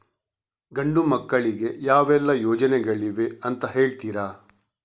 ಗಂಡು ಮಕ್ಕಳಿಗೆ ಯಾವೆಲ್ಲಾ ಯೋಜನೆಗಳಿವೆ ಅಂತ ಹೇಳ್ತೀರಾ?